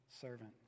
servant